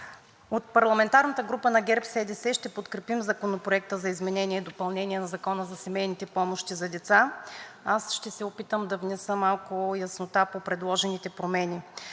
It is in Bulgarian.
От парламентарната група на ГЕРБ-СДС ще подкрепим Законопроекта за изменение и допълнение на Закона за семейните помощи за деца. Аз ще се опитам да внеса малко яснота по предложените промени.